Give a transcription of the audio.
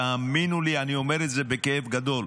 תאמינו לי, אני אומר את זה בכאב גדול.